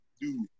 dude